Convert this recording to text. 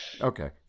Okay